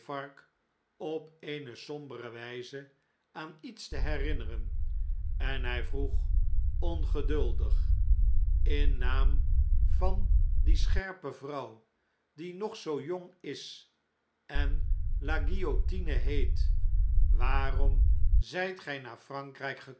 op eene sombere wjjze aan iets te herinneren en hjj vroeg ongeduldig in naam van die scherpe vrouw die nog zoo jong is en la guillotine heet waarom zgt gg naar f